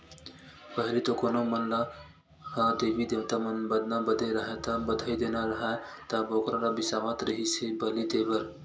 पहिली तो कोनो मन ह देवी देवता म बदना बदे राहय ता, बधई देना राहय त बोकरा ल बिसावत रिहिस हे बली देय बर